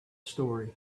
story